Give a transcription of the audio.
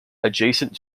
adjacent